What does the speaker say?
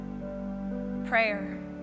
prayer